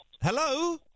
Hello